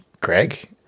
Greg